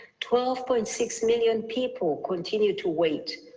twelve point six million people continue to wait.